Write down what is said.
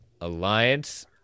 Alliance